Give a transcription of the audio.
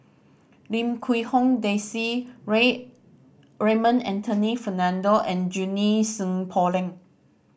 Lim Quee Hong Daisy Ray Raymond Anthony Fernando and Junie Sng Poh Leng